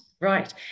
right